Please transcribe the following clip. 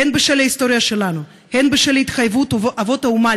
הן בשל ההיסטוריה שלנו הן בשל התחייבות אבות האומה